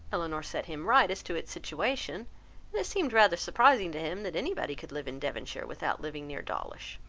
elinor set him right as to its situation and it seemed rather surprising to him that anybody could live in devonshire, without living near dawlish.